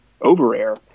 over-air